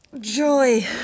Joy